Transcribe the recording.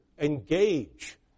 engage